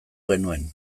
genuen